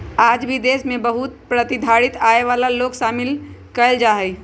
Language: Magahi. आज भी देश में बहुत ए प्रतिधारित आय वाला लोग शामिल कइल जाहई